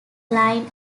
line